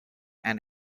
and